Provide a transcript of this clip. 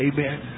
Amen